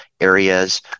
areas